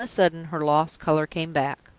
on a sudden, her lost color came back.